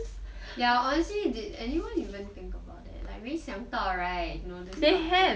ya honestly did anyone even think about it like really 想到 right you know like this type of thing